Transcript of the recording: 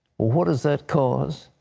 what does that cause?